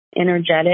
energetic